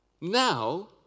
now